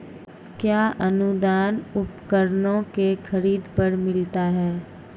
कया अनुदान उपकरणों के खरीद पर मिलता है?